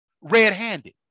red-handed